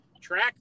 Track